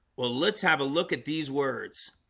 well, let's have a look at these words